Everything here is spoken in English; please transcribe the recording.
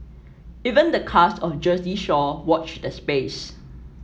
even the cast of Jersey Shore watch the space